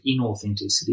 inauthenticity